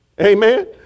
Amen